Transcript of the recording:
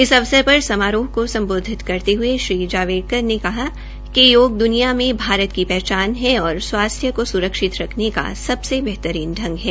इस अवसर पर समरोह को समबोधित करते हये श्री जावेइकर ने कहा कि योग दुनिया में भारत की पहचान है और स्वास्थ्य को सुरक्षित रखने का सबसे बेहतरीन संग है